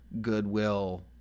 goodwill